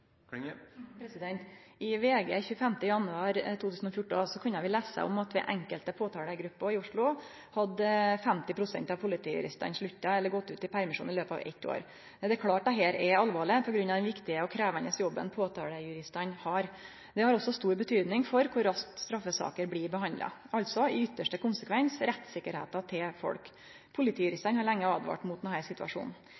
I VG 25. januar kunne vi lese at i enkelte påtalegrupper i Oslo hadde 50 pst. av politijuristane slutta eller gått ut i permisjon i laupet av eitt år. Det er klart at dette er alvorleg på grunn av den viktige og krevjande jobben påtalejuristane har. Det har også stor betyding for kor raskt straffesaker blir behandla, altså i yttarste konsekvens rettstryggleiken til folk.